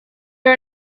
are